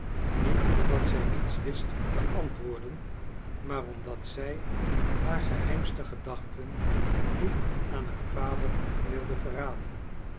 niet omdat zij niets wist te antwoorden maar omdat zij haar geheimste gedachten niet aan haar vader wilde verraden